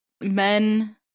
men